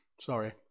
Sorry